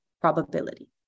probability